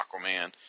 Aquaman